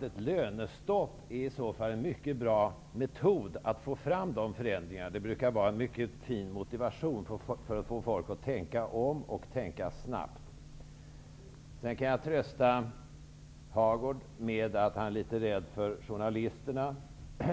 Ett lönestopp är i så fall en mycket bra metod att få fram dessa ändringar. Det brukar utgöra en fin motivation för att få folk att tänka om och tänka snabbt. Jag kan trösta Birger Hagård när han säger att han är litet rädd för journalisterna.